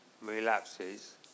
relapses